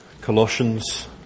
Colossians